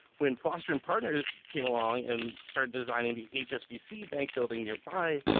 when foster and partners came along and started designing the hsbc bank building nearby,